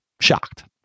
Shocked